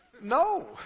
No